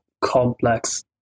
complex